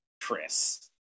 Chris